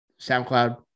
SoundCloud